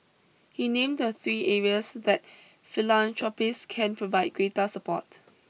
he named the three areas that philanthropists can provide greater support